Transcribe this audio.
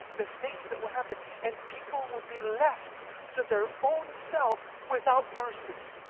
the things that will happen, and people will be left to their own self without mercy